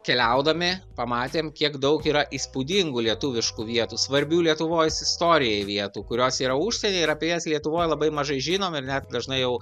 keliaudami pamatėm kiek daug yra įspūdingų lietuviškų vietų svarbių lietuvois istorijai vietų kurios yra užsieny ir apie jas lietuvoj labai mažai žinom ir net dažnai jau